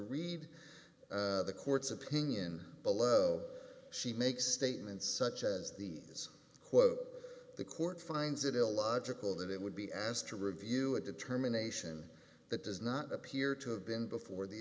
read the court's opinion below she makes statements such as these quote the court finds it illogical that it would be asked to review a determination that does not appear to have been before the